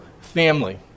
family